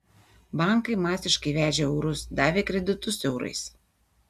bankai masiškai vežė eurus davė kreditus eurais